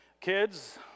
kids